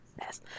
Yes